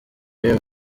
y’uyu